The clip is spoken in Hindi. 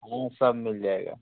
हाँ सब मिल जाएगा